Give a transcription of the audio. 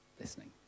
listening